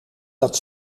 dat